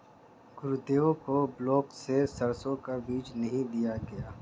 गुरुदेव को ब्लॉक से सरसों का बीज नहीं दिया गया